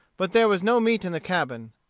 but there was no meat in the cabin.